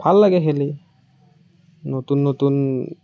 ভাল লাগে খেলি নতুন নতুন